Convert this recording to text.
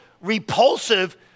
repulsive